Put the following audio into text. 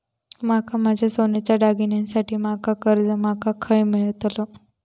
माका माझ्या सोन्याच्या दागिन्यांसाठी माका कर्जा माका खय मेळतल?